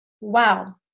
Wow